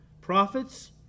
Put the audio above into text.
prophets